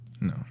No